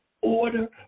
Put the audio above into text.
Order